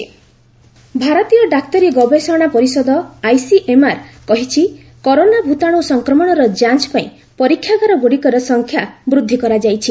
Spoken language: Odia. ଆଇସିଏମ୍ଆର୍ ଲ୍ୟାବ୍ ଭାରତୀୟ ଡାକ୍ତରୀ ଗବେଷଣା ପରିଷଦ ଆଇସିଏମ୍ଆର୍ କହିଛି କରୋନା ଭୂତାଣୁ ସଂକ୍ରମଣର ଯାଞ୍ଚ୍ପାଇଁ ପରୀକ୍ଷାଗାରଗୁଡ଼ିକର ସଂଖ୍ୟା ବୃଦ୍ଧି କରାଯାଇଛି